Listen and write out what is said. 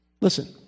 Listen